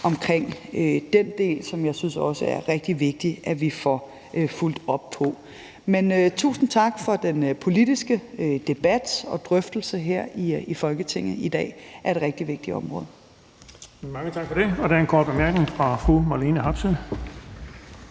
omkring den del, som jeg synes det er rigtig vigtigt at vi får fulgt op på. Tusind tak for den politiske debat og drøftelse her i Folketinget i dag af et rigtig vigtigt område. Kl. 17:22 Den fg. formand (Erling Bonnesen): Mange tak